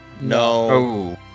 No